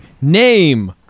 Name